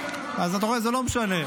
--- אז אתה רואה, זה לא משנה.